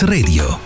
Radio